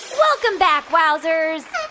welcome back, wowzers